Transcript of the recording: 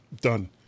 done